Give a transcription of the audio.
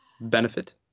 benefit